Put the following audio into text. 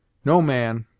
no man,